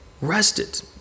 rested